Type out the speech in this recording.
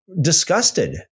disgusted